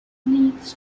leads